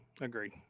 agreed